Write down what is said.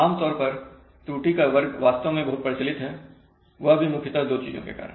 आमतौर पर त्रुटि का वर्ग वास्तव में बहुत प्रचलित है वह भी मुख्यतः दो चीजों के कारण